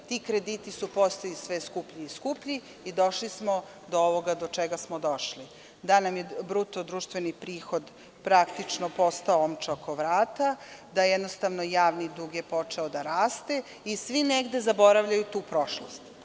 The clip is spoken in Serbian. Ti krediti su postali sve skuplji i skuplji i došli smo do ovoga do čega smo došli, da nam je bruto društveni prihod praktično postao omča oko vrata, da je jednostavno javni dug počeo da raste i svi negde zaboravljaju tu prošlost.